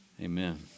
Amen